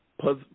plus